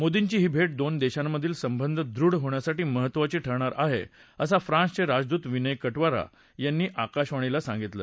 मोदींची ही भेट दोन देशां मधील संबंध दृढ होण्यासाठी महत्त्वाची ठरणार आहे असं फ्रान्सचे राजदूत विनय कवटरा यांनी आकाशवाणीला सांगितलं